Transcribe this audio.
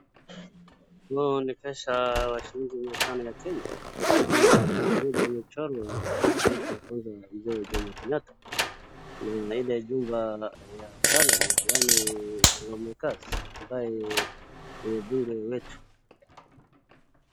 Huu ni pesa wa shilingi miatano ya Kenya. Naona pande moja imechorwa rais wetu wa kwanza Mzee Jomo Kenyatta na ile jumba ya parliament yani ambaye ni mbunge yetu.